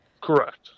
Correct